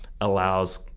allows